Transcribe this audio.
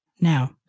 now